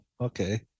okay